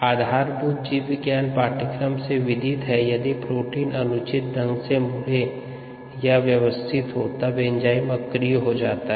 आधारभूत जीवविज्ञान पाठ्यक्रम से विदित है कि यदि प्रोटीन अनुचित ढंग से मुड़े या व्यवस्थित होते है तब एंजाइम अक्रिय हो जाता है